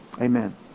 Amen